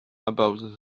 about